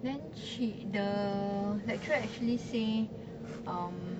then she the lecturer actually say um